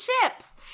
chips